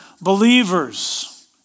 believers